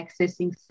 accessing